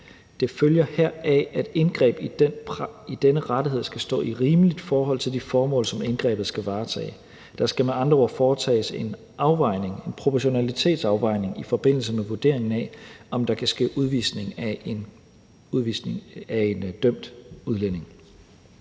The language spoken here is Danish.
Det følger heraf, at indgreb i denne rettighed skal stå i rimeligt forhold til det formål, som indgrebet skal varetage. Der skal med andre ord foretages en proportionalitetsafvejning i forbindelse med vurderingen af, om der kan ske udvisning af en dømt udlænding.